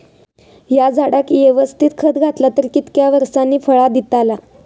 हया झाडाक यवस्तित खत घातला तर कितक्या वरसांनी फळा दीताला?